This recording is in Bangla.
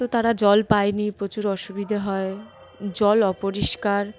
তো তারা জল পায়নি প্রচুর অসুবিধে হয় জল অপরিষ্কার